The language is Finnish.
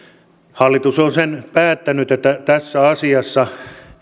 hallitus on sen päättänyt että tässä asiassa